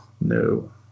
No